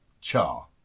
Char